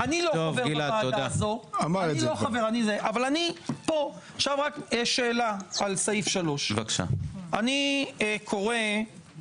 אני יכולה להיכנס לאתר האינטרנט של המשטרה עשר פעמים